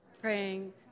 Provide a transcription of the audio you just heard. praying